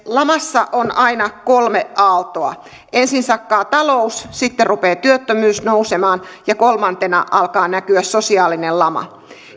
lamassa on aina kolme aaltoa ensin sakkaa talous sitten rupeaa työttömyys nousemaan ja kolmantena alkaa näkyä sosiaalinen lama